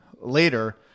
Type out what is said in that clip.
later